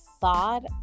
thought